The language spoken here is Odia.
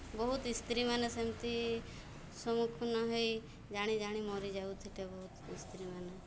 ବହୁତ୍ ସ୍ତ୍ରୀମାନେ ସେମିତି ସମ୍ମୁଖୀନ ହୋଇ ଜାଣି ଜାଣି ମରି ଯାଉ ଥିଲେ ବହୁତ୍ ସ୍ତ୍ରୀମାନେ